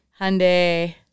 Hyundai